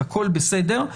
הכול בסדר,